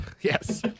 yes